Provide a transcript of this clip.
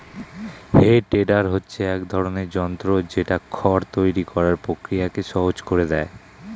হে tedder হচ্ছে এক ধরণের যন্ত্র যেটা খড় তৈরী করার প্রক্রিয়াকে সহজ করে দেয়